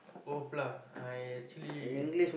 both lah I actually